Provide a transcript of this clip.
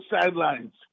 sidelines